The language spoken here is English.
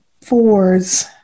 fours